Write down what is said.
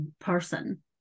person